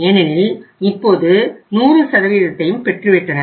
ஏனெனில் இப்போது 100ஐயும் பெற்றுவிட்டனர்